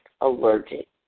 allergic